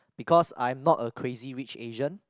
because I'm not a Crazy-Rich-Asian